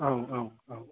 औ औ औ